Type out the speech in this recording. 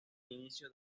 inicio